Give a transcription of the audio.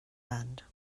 band